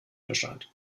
erscheint